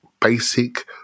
basic